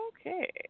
okay